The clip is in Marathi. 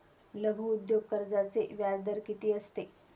लघु उद्योग कर्जाचे व्याजदर किती असते?